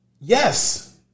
Yes